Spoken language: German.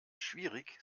schwierig